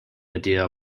idea